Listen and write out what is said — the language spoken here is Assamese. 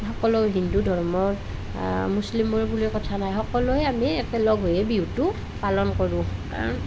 সকলো হিন্দু ধৰ্মৰ মুছলিমৰ বুলি কথা নাই সকলোৱে আমি একেলগ হৈয়েই বিহুটো পালন কৰোঁ কাৰণ